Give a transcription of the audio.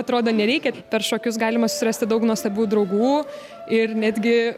atrodo nereikia per šokius galima susirasti daug nuostabių draugų ir netgi